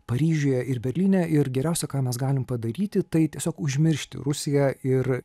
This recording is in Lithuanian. paryžiuje ir berlyne ir geriausia ką mes galim padaryti tai tiesiog užmiršti rusiją ir